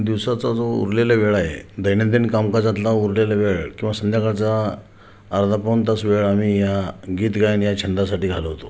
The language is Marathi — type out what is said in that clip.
दिवसाचा जो उरलेला वेळ आहे दैनंदिन कामकाजातला उरलेला वेळ किंवा संध्याकाळचा अर्धा पाऊण तास वेळ आम्ही या गीत गायन या छंदासाठी घालवतो